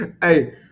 Hey